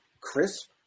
crisp